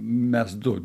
mes du